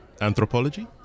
Anthropology